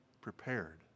prepared